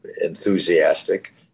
enthusiastic